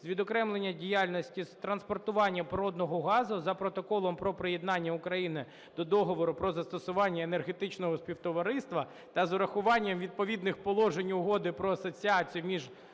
з відокремлення діяльності з транспортування природного газу за Протоколом про приєднання України до Договору про заснування Енергетичного Співтовариства, та з урахуванням відповідних положень Угоди про асоціацію між